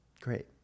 Great